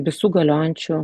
visų galiojančių